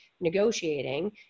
Negotiating